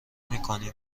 میکنیم